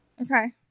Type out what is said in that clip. Okay